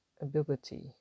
ability